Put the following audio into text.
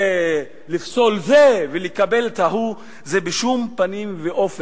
ולפסול את זה ולקבל את ההוא.